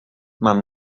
mam